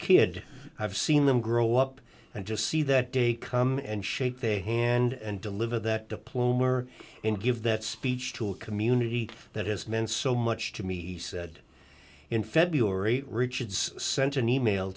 kid i've seen them grow up and just see that day come and shake their hand and deliver that diploma or and give that speech to a community that has meant so much to me he said in february richards sent an email